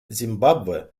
зимбабве